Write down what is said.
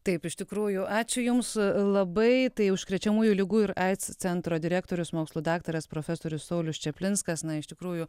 taip iš tikrųjų ačiū jums labai tai užkrečiamųjų ligų ir aids centro direktorius mokslų daktaras profesorius saulius čaplinskas na iš tikrųjų